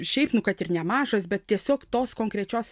šiaip nu kad ir nemažas bet tiesiog tos konkrečios